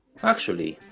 actually,